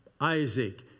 Isaac